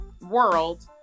world